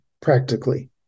Practically